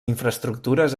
infraestructures